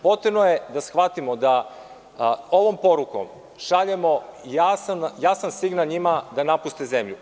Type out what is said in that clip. Potrebno je da shvatimo da ovom porukom šaljemo jasan signal njima da napuste zemlju.